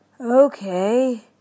okay